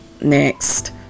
next